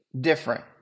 different